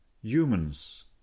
Humans